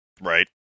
Right